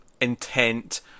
intent